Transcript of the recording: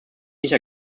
nicht